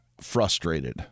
frustrated